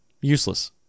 Useless